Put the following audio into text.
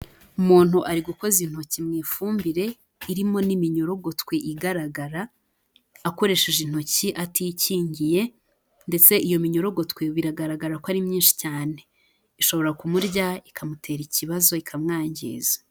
Umuntu ari gukoza intoki mu ifumbire, irimo n'iminyorogotwe igaragara, akoresheje intoki atikingiye, ndetse iyo minyorogotwe biragaragara ko ari myinshi cyane. Ishobora kumurya ikamutera ikibazo ikamwangiza.